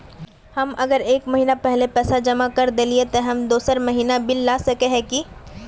हम अगर एक महीना पहले पैसा जमा कर देलिये ते हम दोसर महीना बिल ला सके है की?